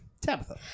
tabitha